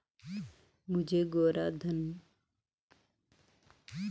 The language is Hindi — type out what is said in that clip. मुझे गौरा देवी कन्या धन योजना का चेक मिला है मुझे इसके भुगतान के लिए कैसे आवेदन करना होगा?